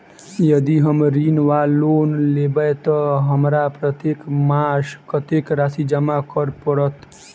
यदि हम ऋण वा लोन लेबै तऽ हमरा प्रत्येक मास कत्तेक राशि जमा करऽ पड़त?